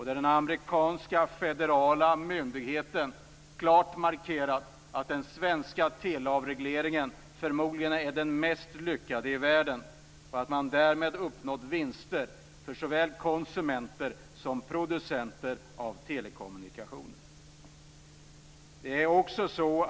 Den amerikanska federala myndigheten har klart markerat att den svenska teleavregleringen förmodligen är den mest lyckade i världen. Därmed har vinster för såväl konsumenter som producenter av telekommunikationer uppnåtts.